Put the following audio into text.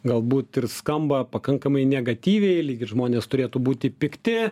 galbūt ir skamba pakankamai negatyviai lyg ir žmonės turėtų būti pikti